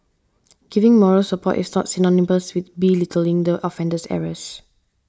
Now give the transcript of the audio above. giving moral support is not synonymous with belittling the offender's errors